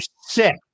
sick